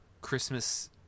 Christmas